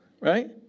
right